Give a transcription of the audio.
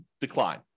decline